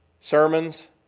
sermons